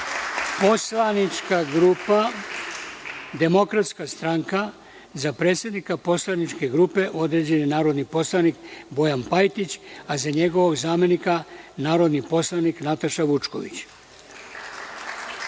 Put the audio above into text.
Poslanička grupa Demokratska stranka – za predsednika poslaničke grupe određen je narodni poslanik Bojan Pajtić, a za njegovog zamenika narodni poslanik Nataša Vučković;